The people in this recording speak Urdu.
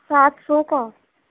سات سو کا